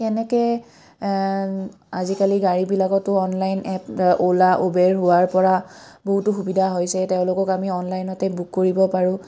তেনেকৈ আজিকালি গাড়ীবিলাকতো অনলাইন এপ অ'লা উবেৰ হোৱাৰ পৰা বহুতো সুবিধা হৈছে তেওঁলোকক আমি অনলাইনতে বুক কৰিব পাৰোঁ